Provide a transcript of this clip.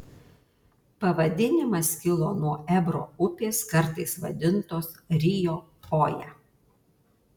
pavadinimas kilo nuo ebro upės kartais vadintos rio oja